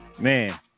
Man